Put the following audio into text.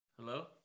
hello